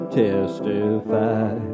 testify